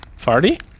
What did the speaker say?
Farty